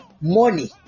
money